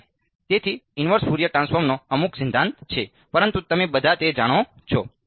અને તેથી inverse Fourier ટ્રાન્સફોર્મનો અમુક સિદ્ધાંત છે પરંતુ તમે બધા તે જાણો છો